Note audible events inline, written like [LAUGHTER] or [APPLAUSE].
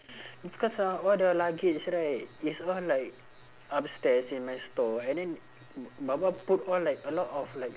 [BREATH] because ah all the luggage right it's all like upstairs in my store and then my mum put all like a lot of like